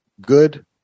Good